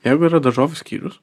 jeigu yra daržovių skyrius